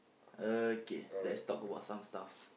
okay let's talk about some stuff